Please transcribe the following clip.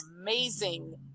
amazing